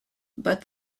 but